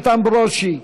איתן ברושי,